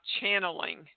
channeling